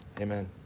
Amen